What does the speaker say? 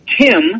Tim